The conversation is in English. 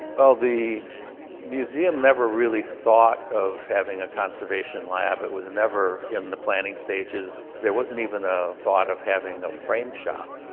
well, the museum never really thought of having a conservation lab. it was never in the planning stages. there wasn't even a thought of having a frame shop.